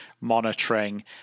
monitoring